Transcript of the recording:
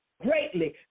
greatly